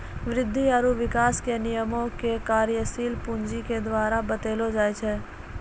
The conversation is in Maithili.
वृद्धि आरु विकास के नियमो के कार्यशील पूंजी के द्वारा बतैलो जाय छै